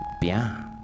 Bien